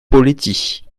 poletti